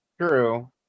True